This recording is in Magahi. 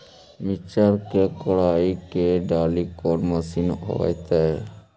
मिरचा के कोड़ई के डालीय कोन मशीन होबहय?